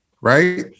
right